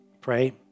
Pray